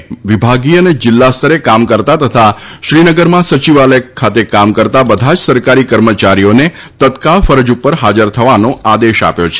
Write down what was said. મે વિભાગીય અને જિલ્લા સ્તરે કામ કરતા તથા શ્રીનગરમાં સચિવાલય ખાતે કામ કરતા બધા જ સરકારી કર્મચારીઓને તત્કાળ ફરજ ઉપર હાજર થવાનો આદેશ આપ્યો છે